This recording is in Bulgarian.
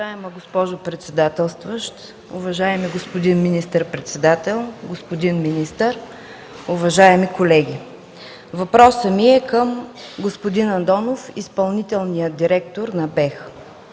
Уважаема госпожо председател, уважаеми господин министър-председател, господин министър, уважаеми колеги! Въпросът ми е към господин Андонов – изпълнителния директор на